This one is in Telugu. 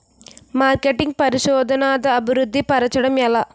మార్కెటింగ్ పరిశోధనదా అభివృద్ధి పరచడం ఎలా